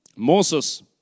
Moses